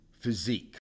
Physique